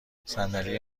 صندلی